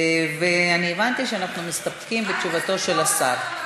אני הבנתי שאנחנו מסתפקים בתשובתו של השר.